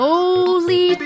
Holy